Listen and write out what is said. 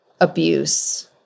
abuse